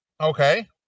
Okay